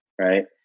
right